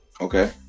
Okay